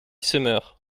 summer